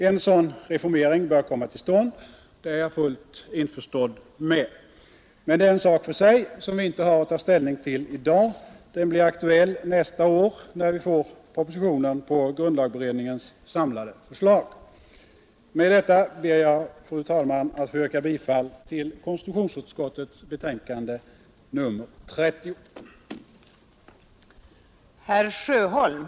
En sådan reformering bör komma till stånd — det är jag fullt införstådd med. Men det är en sak för sig, som vi inte har att ta ställning till i dag. Den blir aktuell nästa år, när vi får propositionen på grundlagberedningens samlade förslag. Med detta ber jag, fru talman, att få yrka bifall till konstitutionsutskottets hemställan i dess betänkande nr 30.